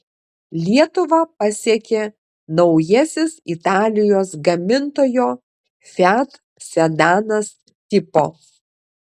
lietuvą pasiekė naujasis italijos gamintojo fiat sedanas tipo